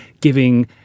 giving